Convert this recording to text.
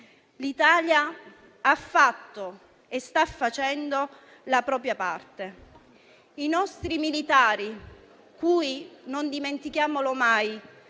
L'Italia ha fatto e sta facendo la propria parte. I nostri militari, cui - non dimentichiamolo mai